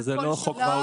או שכן או שלא.